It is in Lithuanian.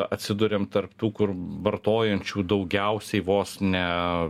atsiduriam tarp tų kur vartojančių daugiausiai vos ne